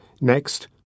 Next